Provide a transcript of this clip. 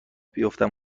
بیفتم